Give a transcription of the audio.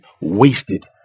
wasted